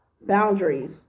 boundaries